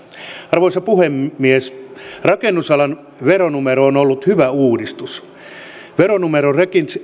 arvoisa puhemies rakennusalan veronumero on ollut hyvä uudistus veronumerorekisteriin